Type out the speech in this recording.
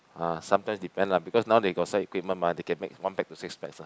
ah sometimes depend lah because now they got side equipment mah they can make one pack to six packs ah